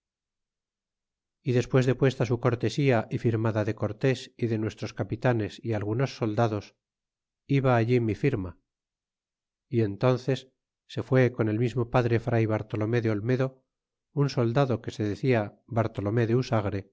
y despues de puesta su cortesía y firmada de cortés y de nuestros capitanes y algunos soldados iba allí mi firma y entónces se fué con el mismo padre fray bartolome de olmedo un soldado que se decia bartolomé de